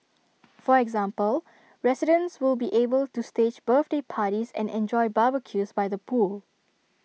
for example residents will be able to stage birthday parties and enjoy barbecues by the pool